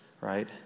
right